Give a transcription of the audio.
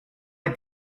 est